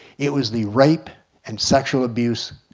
it was the rape and sexual abuse.